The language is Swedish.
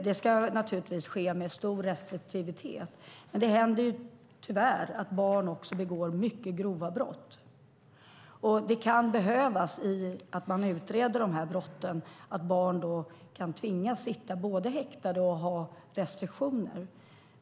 Det ska naturligtvis ske med stor restriktivitet, men det händer tyvärr att också barn begår mycket grova brott. Det kan när man utreder dessa brott behövas att barn tvingas både sitta häktade och ha restriktioner.